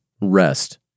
rest